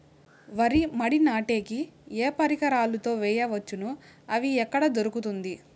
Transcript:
వరి మడి నాటే కి ఏ పరికరాలు తో వేయవచ్చును అవి ఎక్కడ దొరుకుతుంది?